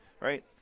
right